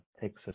Texas